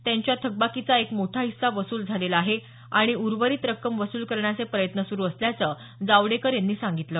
त्यांच्या थकबाकीचा एक मोठा हिस्सा वसूल झालेला आहे आणि उर्वरित रक्कम वसूल करण्याचे प्रयत्न सुरू असल्याचं जावडेकर यांनी सांगितलं